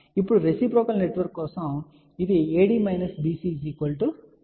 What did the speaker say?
ఇప్పుడు reciprocal network కోసం ఇది AD BC 1